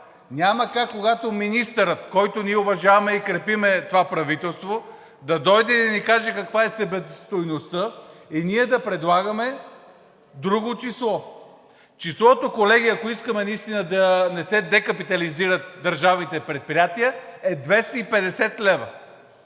Няма как, когато министърът, когото ние уважаваме, и крепим това правителство, дойде и ни каже каква е себестойността, и ние да предлагаме друго число. Числото, колеги, ако искаме наистина да не се декапитализират държавните предприятия, е 250 лв.